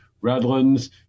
Redlands